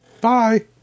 Bye